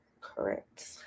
correct